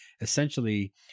essentially